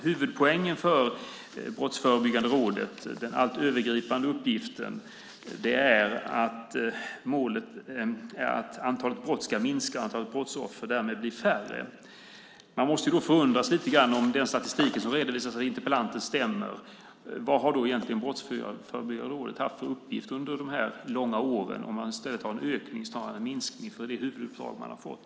Huvudpoängen för Brottsförebyggande rådet, den allt överskuggande uppgiften, är målet att antalet brott ska minska och antalet brottsoffer därmed bli färre. Man måste då förundras lite. Om den statistik som redovisas av interpellanten stämmer, vad har då egentligen Brottsförebyggande rådet haft för uppgift under de här långa åren om man har en ökning snarare än en minskning när det gäller det huvuduppdrag man fått?